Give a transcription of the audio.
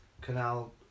canal